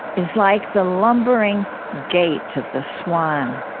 is like the lumbering gait of the swan.